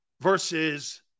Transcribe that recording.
versus